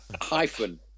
hyphen